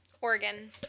Oregon